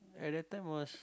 at that time was